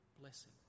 blessing